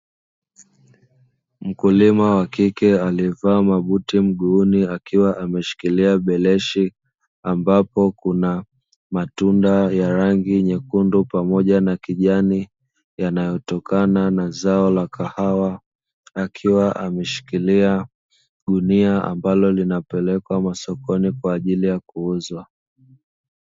Mkulima wa kike aliyevaa mabuti mguuni akiwa ameshikilia beleshi, ambapo kuna matunda ya rangi nyekundu pamoja na kijani, yanayotokana na zao la kahawa. Akiwa ameshikilia gunia ambalo linapelekwa masokoni kwa ajili ya kuuza.